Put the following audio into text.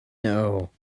know